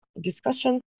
discussion